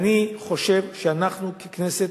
אני חושב שאנחנו ככנסת,